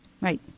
right